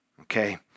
Okay